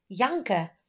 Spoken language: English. Yanka